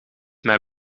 mij